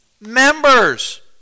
members